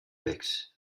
licks